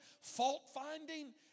fault-finding